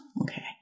Okay